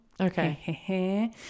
Okay